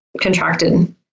contracted